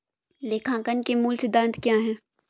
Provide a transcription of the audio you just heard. लेखांकन के मूल सिद्धांत क्या हैं?